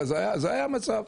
זה היה המצב,